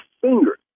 fingers